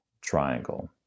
triangle